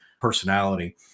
personality